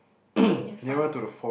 you mean in front of